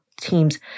teams